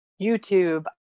YouTube